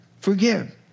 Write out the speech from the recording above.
Forgive